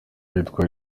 yitwa